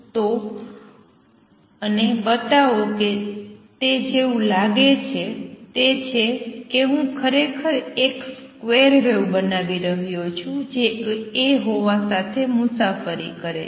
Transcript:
તો અને બતાવો કે તે જેવું લાગે છે તે છે કે હું ખરેખર એક સ્ક્વેર વેવ બનાવી રહ્યો છું જે A હોવા સાથે નીચે મુસાફરી કરે છે